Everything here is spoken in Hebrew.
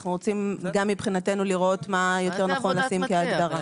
אנחנו רוצים גם מבחינתנו לראות מה יותר נכון לשים כהגדרה.